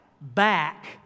back